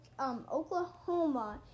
Oklahoma